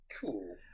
Cool